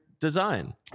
design